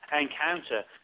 encounter